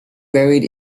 buried